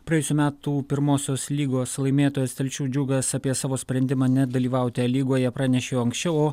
praėjusių metų pirmosios lygos laimėtojas telšių džiugas apie savo sprendimą nedalyvauti a lygoje pranešė anksčiau